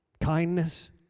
kindness